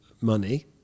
money